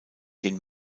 den